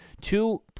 two